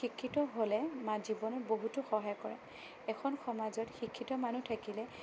শিক্ষিত হ'লে জীৱনত বহুতো সহায় কৰে এখন সমাজত শিক্ষিত মানুহ থাকিলে